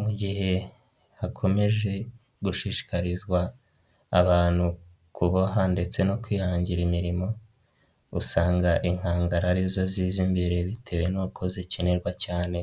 Mu gihe hakomeje gushishikarizwa abantu kuboha ndetse no kwihangira imirimo, usanga inkangara arizo zizaimbere bitewe n'uko zikenerwa cyane